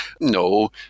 No